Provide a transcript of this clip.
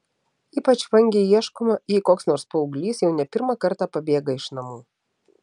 ypač vangiai ieškoma jei koks nors paauglys jau ne pirmą kartą pabėga iš namų